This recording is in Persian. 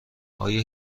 آیا